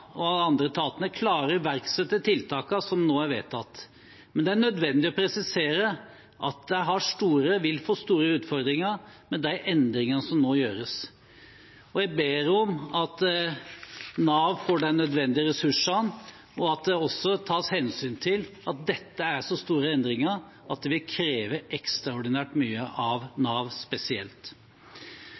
og de andre etatene klarer å iverksette tiltakene som nå er vedtatt. Men det er nødvendig å presisere at de vil få store utfordringer med de endringene som nå gjøres. Jeg ber om at Nav får de nødvendige ressursene, og at det også tas hensyn til at dette er så store endringer at det vil kreve ekstraordinært mye av Nav spesielt.